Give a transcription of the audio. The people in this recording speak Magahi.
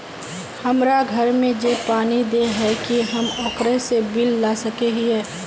हमरा घर में जे पानी दे है की हम ओकरो से बिल ला सके हिये?